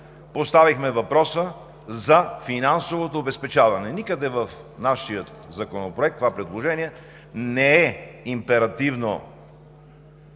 поставихме въпроса за финансовото обезпечаване. Никъде в нашия законопроект това предложение не е императивно